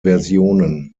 versionen